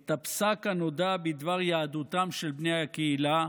את הפסק הנודע בדבר יהדותם של בני הקהילה.